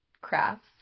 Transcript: crafts